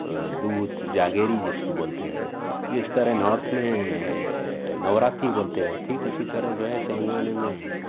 دوت جاگری جس کو بولتے ہیں جس طرح نارتھ میں نوراتری بولتے ہیں ٹھیک اسی طرح جو ہے تلنگانہ میں